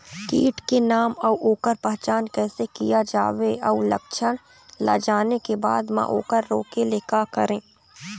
कीट के नाम अउ ओकर पहचान कैसे किया जावे अउ लक्षण ला जाने के बाद मा ओकर रोके ले का करें?